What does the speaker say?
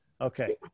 okay